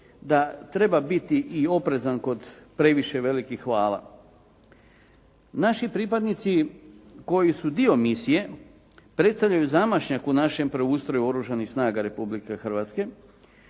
da treba biti i oprezan kod previše velikih hvala. Naši pripadnici koji su dio misije predstavljaju zamašnjak u našem preustroju Oružanih snaga Republike Hrvatske.